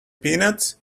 peanuts